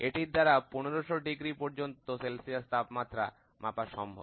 এটির দ্বারা 1500 ডিগ্রী পর্যন্ত সেলসিয়াস তাপমাত্রা মাপা সম্ভব